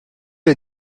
est